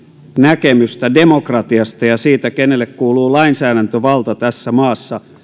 näkemystä demokratiasta ja siitä kenelle kuuluu lainsäädäntövalta tässä maassa